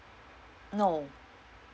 no